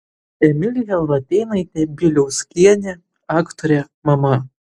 emilija latėnaitė bieliauskienė aktorė mama